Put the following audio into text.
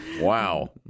Wow